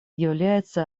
является